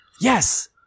yes